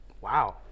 wow